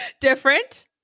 Different